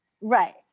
Right